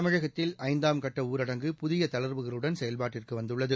தமிழகத்தில் ஐந்தாம் கட்ட ஊரடங்கு புதிய தளா்வுகளுடன் செயல்பாட்டுக்கு வந்துள்ளது